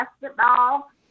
basketball